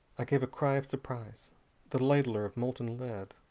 i gave a cry of surprise the ladler of molten lead